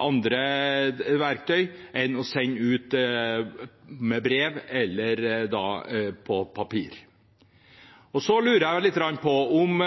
andre verktøy enn å sende ut noe som brev eller på papir. Jeg lurer lite grann på om